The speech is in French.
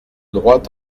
droit